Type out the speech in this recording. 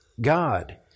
God